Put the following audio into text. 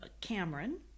Cameron